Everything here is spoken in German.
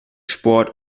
sport